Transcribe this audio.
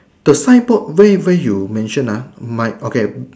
the sideboard where where you mention my okay